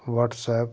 WhatsApp